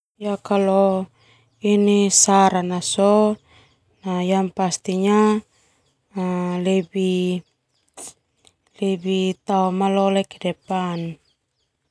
Kalo saran na sona yang pastinya lebih lebih tao malole lo kedepan.